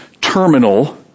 terminal